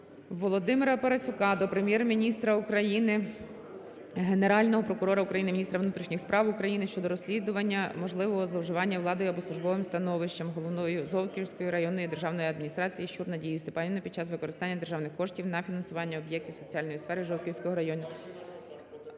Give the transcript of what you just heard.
Володимира Парасюка до Прем'єр-міністра України, Генерального прокурора України, міністра внутрішніх справ України щодо розслідування можливого зловживання владою або службовим становищем головою Жовківської районної державної адміністрації Щур Надією Степанівною під час використання державних коштів на фінансування об'єктів соціальної сфери Жовківського району.